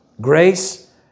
Grace